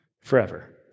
Forever